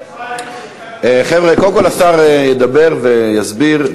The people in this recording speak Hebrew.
חבר'ה, קודם כול השר ידבר ויסביר.